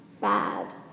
bad